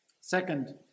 Second